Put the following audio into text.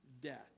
death